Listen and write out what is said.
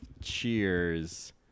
Cheers